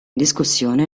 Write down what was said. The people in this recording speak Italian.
discussione